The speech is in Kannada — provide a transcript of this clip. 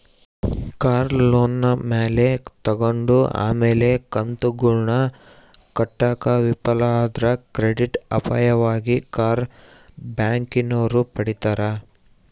ಕಾರ್ನ ಲೋನಿನ ಮ್ಯಾಲೆ ತಗಂಡು ಆಮೇಲೆ ಕಂತುಗುಳ್ನ ಕಟ್ಟಾಕ ವಿಫಲ ಆದ್ರ ಕ್ರೆಡಿಟ್ ಅಪಾಯವಾಗಿ ಕಾರ್ನ ಬ್ಯಾಂಕಿನೋರು ಪಡೀತಾರ